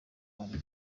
umuhoro